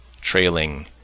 trailing